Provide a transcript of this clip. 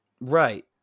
right